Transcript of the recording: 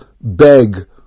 beg